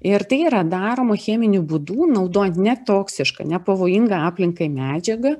ir tai yra daroma cheminiu būdu naudojant ne toksišką nepavojingą aplinkai medžiagą